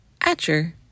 Atcher